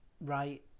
right